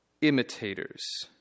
Imitators